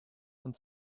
and